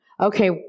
Okay